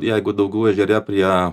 jeigu daugų ežere prie